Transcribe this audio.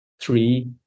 three